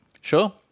Sure